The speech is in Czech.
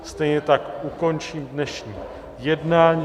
Stejně tak ukončím dnešní jednání.